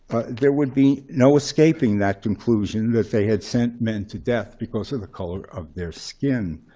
there would be no escaping that conclusion that they had sent men to death because of the color of their skin.